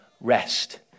rest